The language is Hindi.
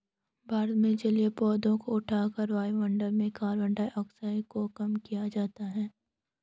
भारत में जलीय पौधों को उठाकर वायुमंडल में कार्बन डाइऑक्साइड को कम किया जाता है